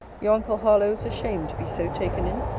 your uncle harlowe is ashamed to be so taken in.